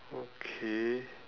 okay